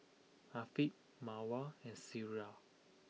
Afiq Mawar and Syirah